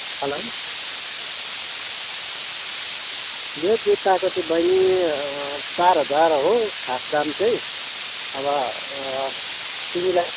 hello यो जुत्ताको चाहिँ बहिनी चार हजार हो खास दाम चाहिँ अब तिमीलाई